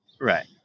Right